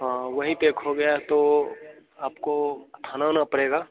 हाँ वहीं पर खो गया है तो आपको थाना आना पड़ेगा